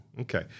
Okay